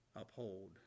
Uphold